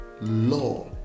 Law